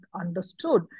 understood